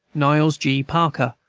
niles g. parker,